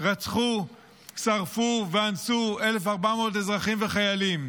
רצחו, שרפו ואנסו 1,400 אזרחים וחיילים.